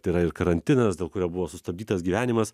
tai yra ir karantinas dėl kurio buvo sustabdytas gyvenimas